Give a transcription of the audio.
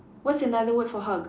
what's another word for hug